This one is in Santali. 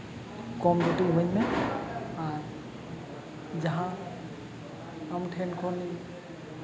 ᱠᱚᱢ ᱨᱩᱴᱤ ᱤᱢᱟᱹᱧ ᱢᱮ ᱟᱨ ᱡᱟᱦᱟᱸ ᱟᱢ ᱴᱷᱮᱱ ᱠᱷᱚᱱ ᱤᱧ